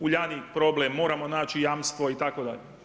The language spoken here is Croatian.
Uljanik, problem, moramo naći jamstvo, itd.